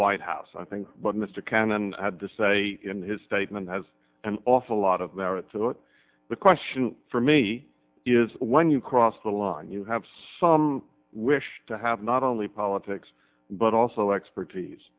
white house i think what mr cannon had to say in his statement has an awful lot of merit to it the question for me is when you cross the line you have some wish to have not only politics but also expertise